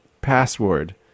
password